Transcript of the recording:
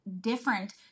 different